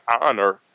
honor